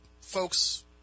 folks